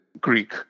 Greek